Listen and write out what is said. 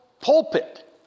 pulpit